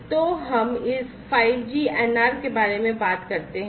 तो हम इस 5G NR के बारे में बात करते हैं